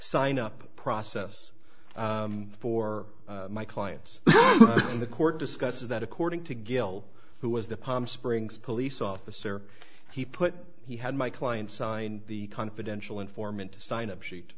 sign up process for my clients in the court discusses that according to gill who was the palm springs police officer he put he had my client sign the confidential informant to sign up sheet